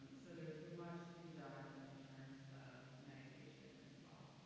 so there's much to be done in terms of medication as well.